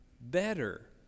better